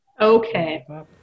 Okay